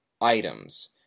items